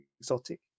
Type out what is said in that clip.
exotic